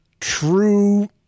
true